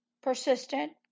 Persistent